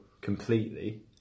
completely